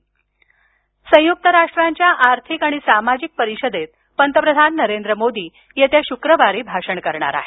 पंतप्रधान संयुक्त राष्ट्रांच्या आर्थिक आणि सामाजिक परिषदेत पंतप्रधान नरेंद्र मोदी येत्या शुक्रवारी भाषण करणार आहेत